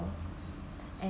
and